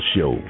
Show